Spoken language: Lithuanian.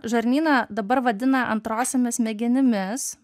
žarnyną dabar vadina antrosiomis smegenimis